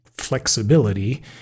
flexibility